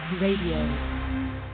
radio